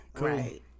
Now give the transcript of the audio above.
Right